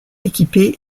équipés